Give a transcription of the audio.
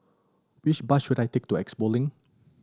which bus should I take to Expo Link